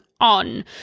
on